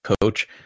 coach